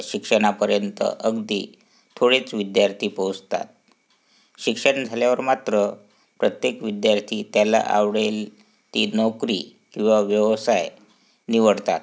शिक्षणापर्यंत अगदी थोडेच विद्यार्थी पोहोचतात शिक्षण झाल्यावर मात्र प्रत्येक विद्यार्थी त्याला आवडेल ती नोकरी किंवा व्यवसाय निवडतात